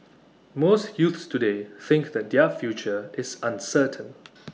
most youths today think that their future is uncertain